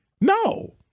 No